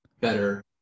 better